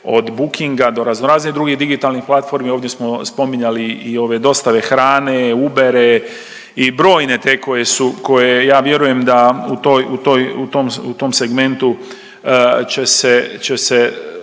od bookinga do razno raznih drugih digitalnih platformi. Ovdje smo spominjali i ove dostave hrane, Ubere i brojne te koje su, koje ja vjerujem da u toj, u toj,